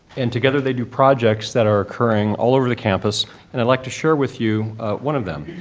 and together they do projects that are occurring all over the camp us and i'd like to share with you one of them.